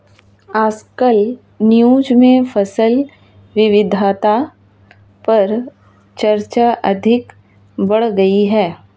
आजकल न्यूज़ में फसल विविधता पर चर्चा अधिक बढ़ गयी है